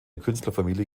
künstlerfamilie